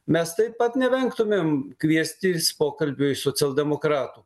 mes taip pat nevengtumėm kviestis pokalbiui socialdemokratų